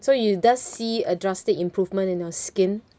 so you does see a drastic improvement in your skin